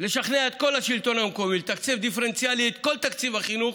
לשכנע את כל השלטון המקומי לתקצב דיפרנציאלית את כל תקציב החינוך,